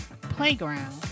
playground